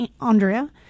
Andrea